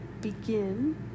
begin